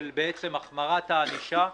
של החמרת הענישה.